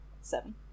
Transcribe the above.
Seven